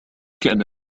كان